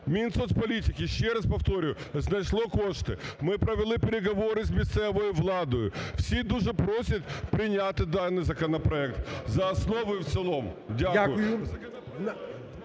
Мінсоцполітики, ще раз повторюю, знайшло кошти. Ми провели переговори з місцевою владою, всі дуже просять прийняти даний законопроект за основу і в цілому. Дякую.